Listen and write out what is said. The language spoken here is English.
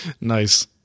Nice